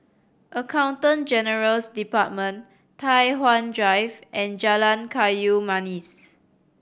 Accountant General's Department Tai Hwan Drive and Jalan Kayu Manis